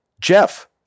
Jeff